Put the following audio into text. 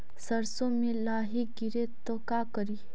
सरसो मे लाहि गिरे तो का करि?